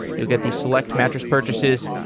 you'll get the select mattress purchases,